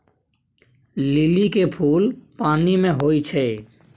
लिली के फुल पानि मे होई छै